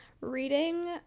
Reading